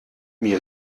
mir